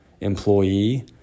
employee